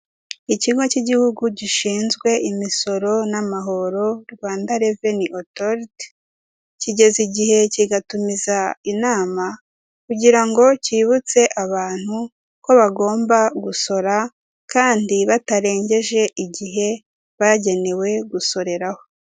Ikigo cy'igihugu gishinzwe imisoro n'amahoro Rwanda Reveni Otoriti, kigeza igihe kigatumiza inama kugira ngo cyibutse abantu ko bagomba gusora kandi batarengeje igihe bagenewe gusoreraho.